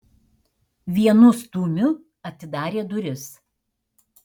vienu stūmiu atidarė duris